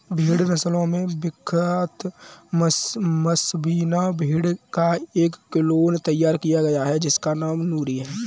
भेड़ नस्लों में विख्यात पश्मीना भेड़ का एक क्लोन तैयार किया गया है जिसका नाम नूरी है